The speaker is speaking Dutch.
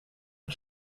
hem